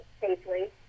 safely